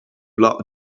low